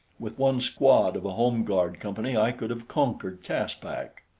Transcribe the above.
with one squad of a home-guard company i could have conquered caspak.